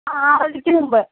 ആ ആറരയ്ക്ക് മുമ്പ്